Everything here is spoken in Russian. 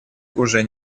уже